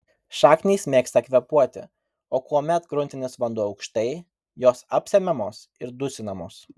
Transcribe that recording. šaknys mėgsta kvėpuoti o kuomet gruntinis vanduo aukštai jos apsemiamos ir dusinamos